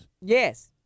Yes